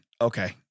Okay